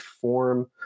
form